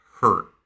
hurt